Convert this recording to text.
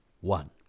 one